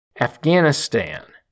Afghanistan